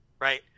Right